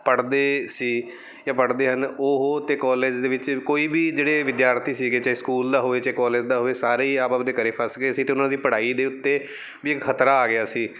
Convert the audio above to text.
ਪੜ੍ਹਦੇ ਸੀ ਜਾਂ ਪੜ੍ਹਦੇ ਹਨ ਉਹ ਅਤੇ ਕੋਲੇਜ ਦੇ ਵਿੱਚ ਕੋਈ ਵੀ ਜਿਹੜੇ ਵਿਦਿਆਰਥੀ ਸੀਗੇ ਚਾਹੇ ਸਕੂਲ ਦਾ ਹੋਵੇ ਚਾਹੇ ਕੋਲੇਜ ਦਾ ਹੋਵੇ ਸਾਰੇ ਹੀ ਆਪ ਆਪਦੇ ਘਰ ਫਸ ਗਏ ਸੀ ਅਤੇ ਉਹਨਾਂ ਦੀ ਪੜ੍ਹਾਈ ਦੇ ਉੱਤੇ ਵੀ ਇੱਕ ਖਤਰਾ ਆ ਗਿਆ ਸੀ